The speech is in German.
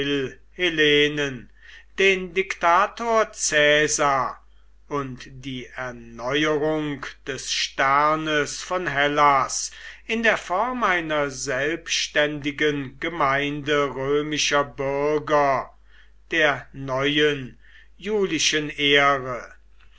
den diktatar caesar und die erneuerung des sternes von hellas in der form einer selbständigen gemeinde römischer bürger der neuen julischen ehre